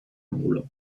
ángulo